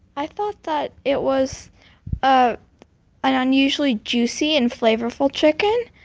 i thought that it was ah an unusually juicy and flavorful chicken.